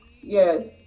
yes